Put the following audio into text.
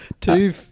two